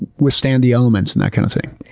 withstand the elements and that kind of thing.